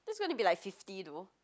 that's gonna be like fifty though